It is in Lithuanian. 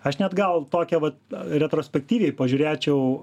aš net gal tokią vat retrospektyviai pažiūrėčiau